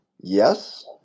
Yes